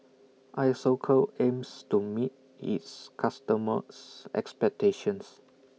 Isocal aims to meet its customers' expectations